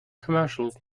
commercial